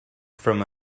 from